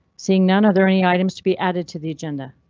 seeing none of their any items to be added to the agenda.